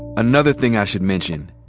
another thing i should mention.